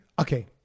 okay